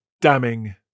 damning